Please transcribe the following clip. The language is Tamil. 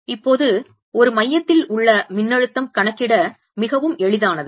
இப்போது ஒரு மையத்தில் உள்ள மின்னழுத்தம் கணக்கிட மிகவும் எளிதானது